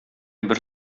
бер